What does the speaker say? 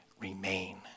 remain